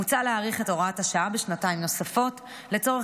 מוצע להאריך את הוראת השעה בשנתיים נוספות לצורך